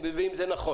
שאלתי על גודל הצובר.